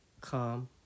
calm